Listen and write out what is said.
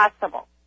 possible